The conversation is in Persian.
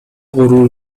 غرور